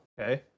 okay